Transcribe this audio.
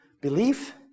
belief